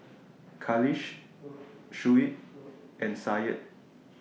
Khalish Shuib and Syed